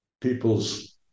people's